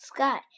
Sky